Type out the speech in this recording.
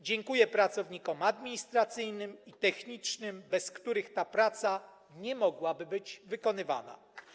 Dziękuję pracownikom administracyjnym i technicznym, bez których ta praca nie mogłaby być wykonywana.